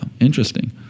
interesting